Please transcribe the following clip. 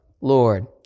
Lord